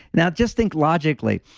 now, just think logically,